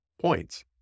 points